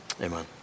amen